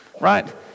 Right